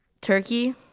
turkey